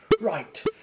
Right